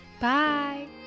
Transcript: Bye